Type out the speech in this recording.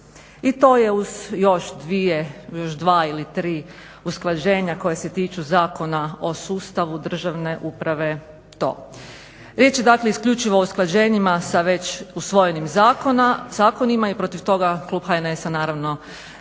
I to je uz još dvije, još dva ili tri usklađenja koja se tiču Zakona o sustavu državne uprave to. Riječ je dakle isključivo o usklađenima sa već usvojenim zakonima i protiv toga Klub HNS-a naravno